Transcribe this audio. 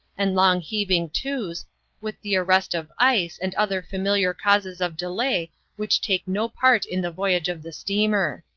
and long heaving-to's, with the arrest of ice and other familiar causes of delay which take no part in the voyage of the steamer.